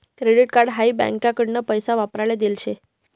credit card हाई बँकाकडीन पैसा वापराले देल शे